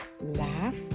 laugh